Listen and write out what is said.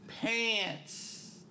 pants